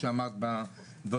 כמו שאורלי הסבירה,